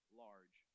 large